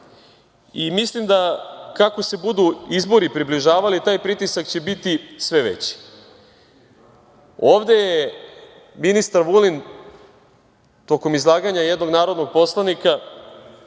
Mislim da kako se budu izbori približavali taj pritisak će biti sve veći. Ovde je ministar Vulin tokom izlaganja jednog narodnog poslanika